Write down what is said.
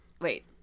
wait